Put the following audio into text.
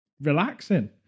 relaxing